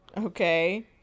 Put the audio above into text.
okay